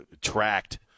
tracked